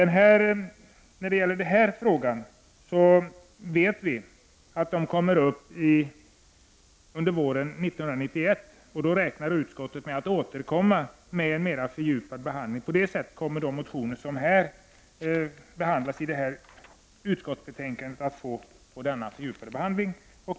När det gäller den här frågan vet vi att den kommer upp till behandling under våren 1991. Då räknar utskottet med att återkomma med en mer fördjupad behandling. På det sättet kommer de motioner som tas upp i detta utskottsbetänkande att få denna fördjupade behandling.